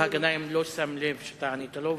חבר הכנסת גנאים לא שם לב שאתה ענית לו.